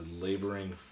laboring